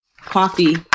coffee